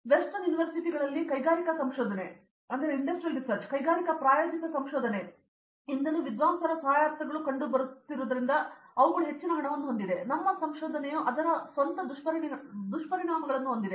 ಪಶ್ಚಿಮ ಯೂನಿವರ್ಸಿಟಿಗಳಲ್ಲಿ ಕೈಗಾರಿಕಾ ಸಂಶೋಧನೆ ಕೈಗಾರಿಕಾ ಪ್ರಾಯೋಜಿತ ಸಂಶೋಧನೆಯಿಂದಲೂ ವಿದ್ವಾಂಸರ ಸಹಾಯಾರ್ಥಗಳೂ ಸಹ ಕಂಡುಬರುತ್ತಿರುವುದರಿಂದ ಹೆಚ್ಚಿನ ಹಣವನ್ನು ಹೊಂದಿದೆ ನಮ್ಮ ಸಂಶೋಧನೆಯು ಅದರ ಸ್ವಂತ ದುಷ್ಪರಿಣಾಮಗಳನ್ನು ಹೊಂದಿದೆ